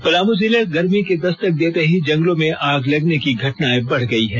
पलामू जिले गर्मी के दस्तक देते ही जंगलों में आग लगने की घटनाएं बढ़ गई हैं